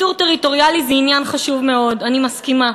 ויתור טריטוריאלי זה עניין חשוב מאוד, אני מסכימה,